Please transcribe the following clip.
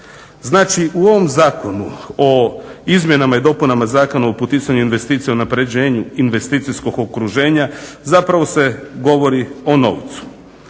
Znači u ovom zakonu o izmjenama i dopunama zakona o poticanju investicija i unapređenju investicijskog okruženja zapravo se govori o novcu.